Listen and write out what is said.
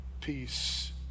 peace